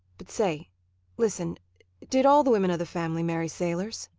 but say listen did all the women of the family marry sailors?